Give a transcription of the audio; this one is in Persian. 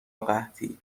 قحطی